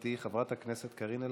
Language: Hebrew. חברתי חברת הכנסת קארין אלהרר.